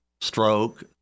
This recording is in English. stroke